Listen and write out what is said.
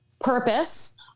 purpose